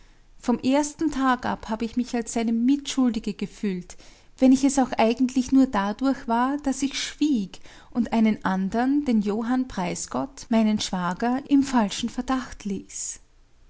vom ersten tag ab habe ich mich als seine mitschuldige gefühlt wenn ich es auch eigentlich nur dadurch war daß ich schwieg und einen andern den johann preisgott meinen schwager im falschen verdacht ließ